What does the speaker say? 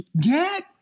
get